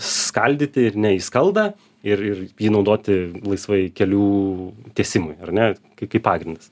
skaldyti ir ne į skaldą ir ir naudoti laisvai kelių tiesimui ar ne kai kaip pagrindas